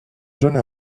jeune